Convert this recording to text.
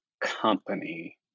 company